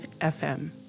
FM